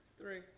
Three